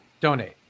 donate